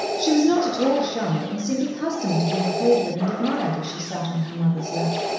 she was not at all shy, and seemed accustomed to being played with and admired, as she sat on her mother's lap.